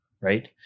right